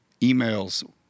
Emails